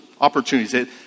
opportunities